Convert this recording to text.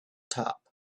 top